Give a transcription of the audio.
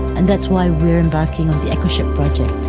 and that's why we are embarking on the ecoship project.